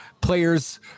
players